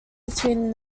between